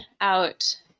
out